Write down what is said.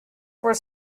were